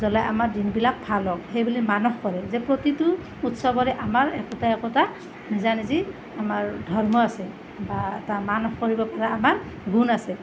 জ্বলাই আমাৰ দিনবিলাক ভাল হওক সেইবুলি মানস কৰে যে প্ৰতিটো উৎসৱৰে আমাৰ একোটা একোটা যেন যি আমাৰ ধৰ্ম আছে বা এটা মানস কৰিব পৰা আমাৰ গুণ আছে